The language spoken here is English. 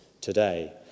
today